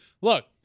Look